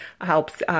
helps